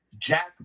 Jack